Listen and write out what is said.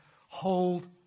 hold